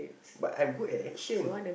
but I'm good at action